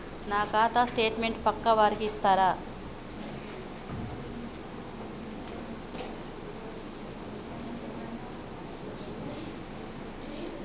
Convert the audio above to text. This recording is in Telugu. నా ఖాతా స్టేట్మెంట్ పక్కా వారికి ఇస్తరా?